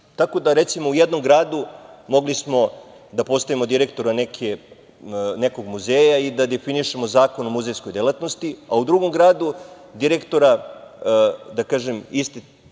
Tako da recimo u jednom gradu mogli smo da postavimo direktora na nekog muzeja i da definišemo Zakon o muzejskoj delatnosti, a u drugom gradu, direktora, da kažem